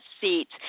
seats